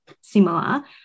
similar